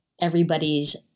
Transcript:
everybody's